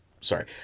sorry